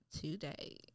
today